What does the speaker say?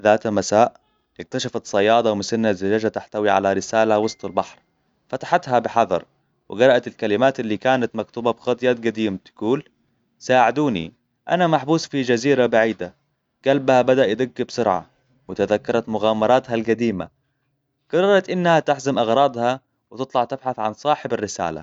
ذات مساء اكتشفت صيادة مسنة زجاجة تحتوي على رسالة وسط البحر فتحتها بحذر وقرأت الكلمات اللي كانت مكتوبة بخط يد قديمة تقول ساعدوني أنا محبوس في جزيرة بعيدة قلبها بدأ يدق بسرعة وتذكرت مغامراتها القديمة قررت انها تحزم اغراضها وتطلع تبحث عن صاحب الرسالة